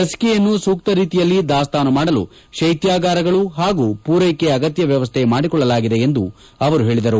ಲಸಿಕೆಯನ್ನು ಸೂಕ್ತ ರೀತಿಯಲ್ಲಿ ದಾಸ್ತಾನು ಮಾಡಲು ಕೈತ್ವಗಾರಗಳು ಹಾಗೂ ಪೂರೈಕೆಗೆ ಅಗತ್ಯ ವ್ಯವಸ್ಥೆ ಮಾಡಿಕೊಳ್ಳಲಾಗಿದೆ ಎಂದು ಅವರು ಹೇಳದರು